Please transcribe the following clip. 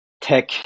tech